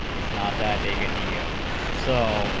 it's not that big a deal so